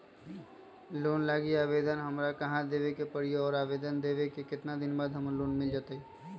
Loan लागी आवेदन हमरा कहां देवे के पड़ी और आवेदन देवे के केतना दिन बाद हमरा लोन मिल जतई?